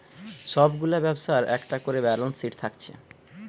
সব গুলা ব্যবসার একটা কোরে ব্যালান্স শিট থাকছে